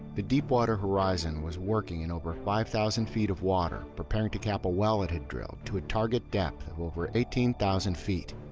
the deepwater horizon was working in over five thousand feet of water, preparing to cap a well it had drilled to a target depth of over eighteen thousand feet.